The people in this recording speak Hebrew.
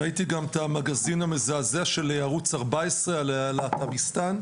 ראיתי גם את המגזין המזעזע של ערוץ 14 על להט"ביסטאן.